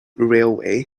railway